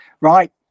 right